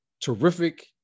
terrific